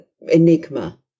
enigma